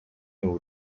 نور